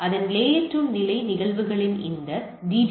அதன் லேயர்2 நிலை நிகழ்வின் இந்த டி